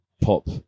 pop